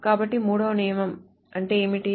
కాబట్టి మూడవ నియమం అంటే ఏమిటి